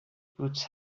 puts